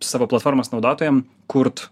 savo platformos naudotojam kurt